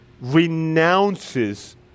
renounces